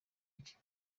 nshya